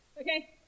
okay